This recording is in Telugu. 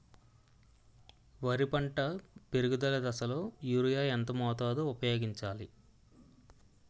వరి పంట పెరుగుదల దశలో యూరియా ఎంత మోతాదు ఊపయోగించాలి?